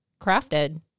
crafted